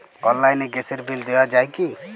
অনলাইনে গ্যাসের বিল দেওয়া যায় কি?